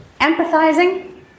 empathizing